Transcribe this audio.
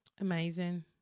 Amazing